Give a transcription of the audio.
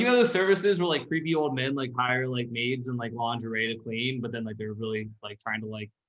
you know the services were like creepy old men, like meyer, like maids and like laundry to clean. but then like, they were really like trying to like,